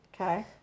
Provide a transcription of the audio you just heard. Okay